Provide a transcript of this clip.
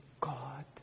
God